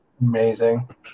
Amazing